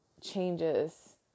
changes